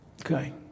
Okay